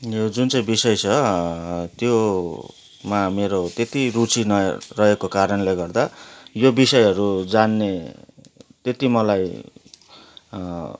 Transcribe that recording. यो जुन चाहिँ विषय छ त्योमा मेरो त्यति रुचि नरहेको कारणले गर्दा यो विषयहरू जान्ने त्यति मलाई